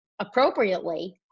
appropriately